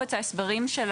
בקובץ ההסברים של